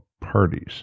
parties